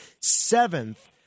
seventh